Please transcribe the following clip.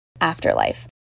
afterlife